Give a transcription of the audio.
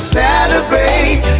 celebrate